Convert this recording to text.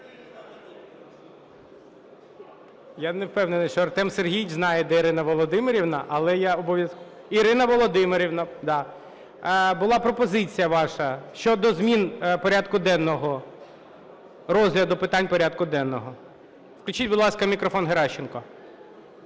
Я не впевнений, що Артем Сергійович знає, де Ірина Володимирівна, але я обов'язково... Ірина Володимирівна, да, була пропозиція ваша щодо змін порядку денного, розгляду питань порядку денного. Включіть, будь ласка, мікрофон Геращенко.